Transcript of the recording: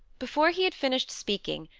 before he had finished speaking,